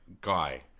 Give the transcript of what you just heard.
guy